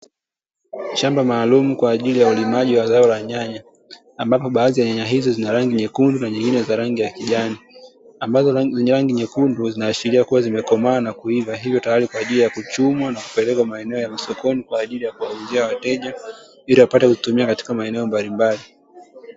Shamba maalumu kwa ajili ya ulimaji wa zao la nyanya, ambapo baadhi ya nyanya hizo zina rangi nyekundu, nyingine za rangi ya kijani. Ambazo zenye rangi nyekundu zinaashiria kua zimekomaa na kuiva, hivyo tayari kwa ajili ya kuchumwa na kupelekwa maeneo ya sokoni kwa ajili ya kuwauzia wateja; ili wapate kuzitumia katika maeneo mbalimbali.